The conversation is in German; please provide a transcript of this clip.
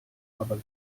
aber